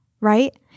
right